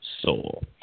soul